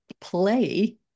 play